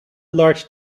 large